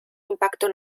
impacto